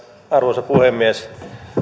arvoisa puhemies